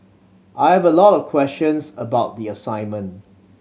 I have a lot of questions about the assignment